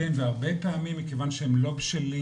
כן והרבה פעמים מכיוון שהם לא בשלים